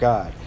God